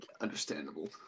understandable